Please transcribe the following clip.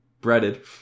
Breaded